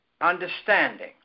understanding